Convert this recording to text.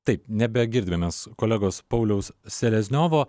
taip nebegirdime mes kolegos pauliaus selezniovo